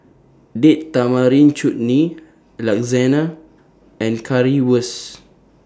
Date Tamarind Chutney Lasagna and Currywurst